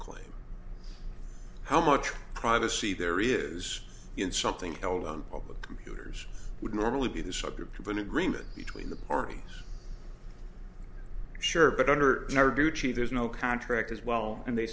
claim how much privacy there is in something held on public computers would normally be the subject of an agreement between the parties sure but under narducci there's no contract as well and they